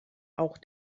auch